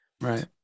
Right